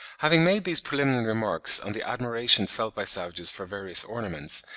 having made these preliminary remarks on the admiration felt by savages for various ornaments,